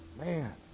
Man